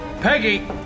Peggy